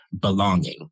belonging